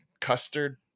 custard